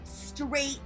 straight